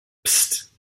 psst